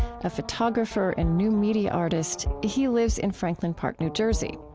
a photographer and new-media artist. he lives in franklin park, new jersey.